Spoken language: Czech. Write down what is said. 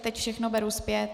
Teď všechno beru zpět.